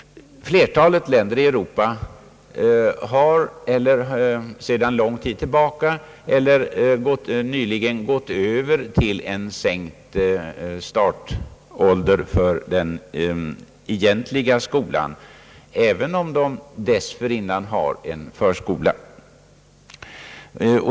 Flertalet länder i Europa har sedan lång tid tillbaka eller nyligen gått över till en sänkt startålder för den egentliga skolan, även om de dessförinnan har en förskola.